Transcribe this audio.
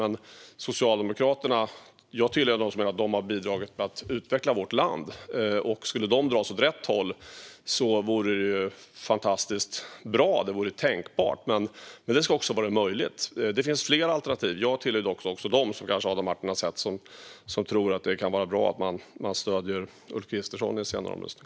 Men jag tillhör dem som menar att Socialdemokraterna har bidragit till att utveckla vårt land. Skulle de dras åt rätt håll vore det fantastiskt bra. Det vore tänkbart. Men det ska också vara möjligt. Det finns flera alternativ. Jag tillhör dock, som Adam Marttinen kanske har sett, dem som tror att det kan vara bra att man stöder Ulf Kristersson i en senare omröstning.